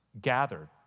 gathered